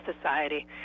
Society